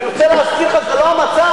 אני רוצה להזכיר לך שזה לא המצב.